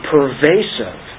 Pervasive